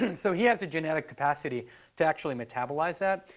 and so he has the genetic capacity to actually metabolize that.